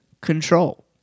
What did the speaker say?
control